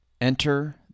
Enter